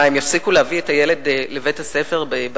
מה, הם יפסיקו להביא את הילד לבית-הספר ברכב?